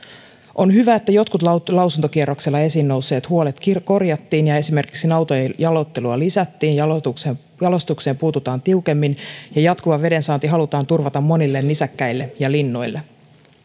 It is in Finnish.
on hyvä että jotkut lausuntokierroksella esiin nousseet huolet korjattiin ja esimerkiksi nautojen jaloittelua lisättiin jalostukseen jalostukseen puututaan tiukemmin ja jatkuva vedensaanti halutaan turvata monille nisäkkäille ja linnuille